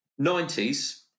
90s